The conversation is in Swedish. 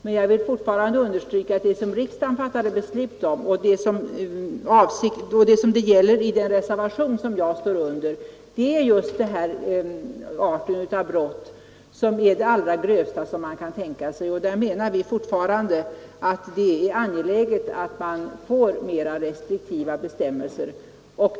Men jag vill understryka att det som riksdagen fattade beslut om, och det som avses i den reservation som mitt namn står under, är just den här arten av brott som är de allra grövsta man kan tänka sig. Vi menar fortfarande att det är angeläget att man här får mera restriktiva bestämmelser.